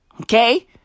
Okay